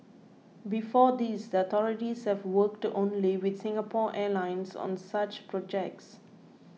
before this the authorities have worked only with Singapore Airlines on such projects